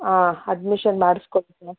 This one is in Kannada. ಹಾಂ ಅಡ್ಮೀಶನ್ ಮಾಡಿಸ್ಕೊಡಿ ಸರ್